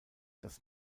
das